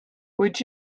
would